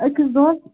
أکِس دۄہَس